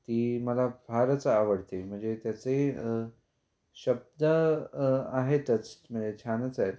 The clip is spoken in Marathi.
ती मला फारच आवडते म्हणजे त्याचे शब्द आहेतच म्हणजे छानच आहेत